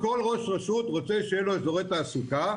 כל ראש רשות רוצה שיהיו לו אזורי תעסוקה,